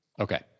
Okay